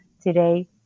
today